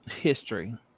history